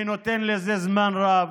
אני נותן לזה זמן רב,